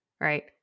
right